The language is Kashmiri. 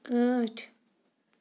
ٲٹھ